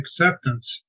acceptance